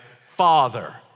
Father